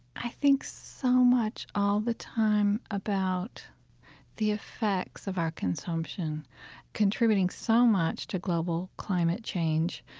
i think so much all the time about the effects of our consumption contributing so much to global climate change,